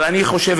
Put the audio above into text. אבל אני חושב,